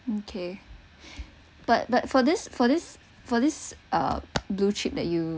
okay but but for this for this for this uh blue chip that you